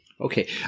Okay